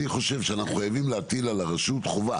אני חושב שאנחנו חייבים להטיל על הרשות חובה